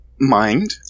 mind